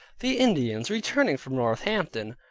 the indians returning from northampton,